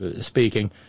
speaking